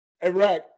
Iraq